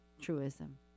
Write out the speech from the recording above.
truism